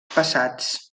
passats